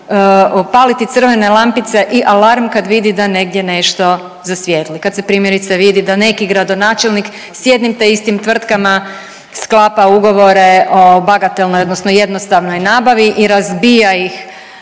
paliti crvene lampice i alarm kad vidi da negdje nešto zasvijetli, kad se primjerice vidi da neki gradonačelnik sa jednim te istim tvrtkama sklapa ugovore o bagatelnoj, odnosno jednostavnoj nabavi i razbija ih